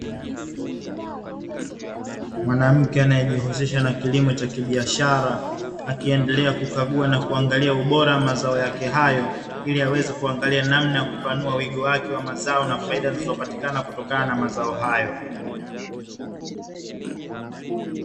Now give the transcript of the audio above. Mwanamke anaejihusisha na kilimo cha kibiashara, akiendelea kukagua na kuangalia ubora wa mazao yake hayo, ili aweze kuangalia namna ya kupanua wigo wake wa mazao na faida zinazopatikana kutokana na mazao hayo.